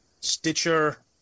Stitcher